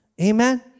Amen